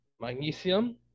magnesium